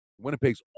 Winnipeg's